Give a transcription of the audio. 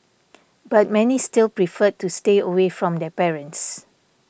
but many still preferred to stay away from their parents